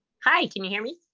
hi, can you hear me?